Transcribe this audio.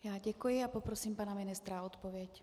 Já děkuji a prosím pana ministra o odpověď.